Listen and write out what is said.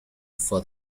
for